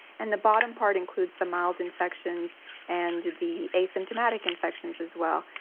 and the bottom part includes the mild infections and the asymptomatic infections as well.